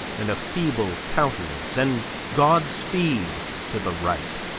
and a feeble countenance and godspeed, to the right,